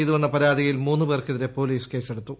ചെയ്തുവെന്ന പരാതിയിൽ മൂന്നുപേർക്കെതിരെ പോലീസ് കേസെടുത്തു